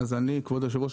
כבוד היושב-ראש,